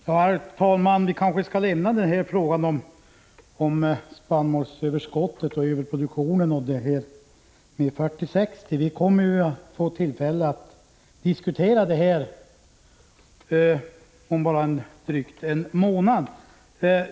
Herr talman! Vi kanske skall lämna frågorna om spannmålsöverskottet och överproduktionen därhän. Vi får ju tillfälle att diskutera dem om drygt en månad.